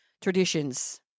traditions